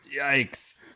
Yikes